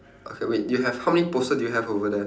okay wait you have how many poster do you have over there